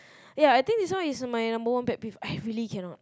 ya I think this one is my number one pet peeve I really cannot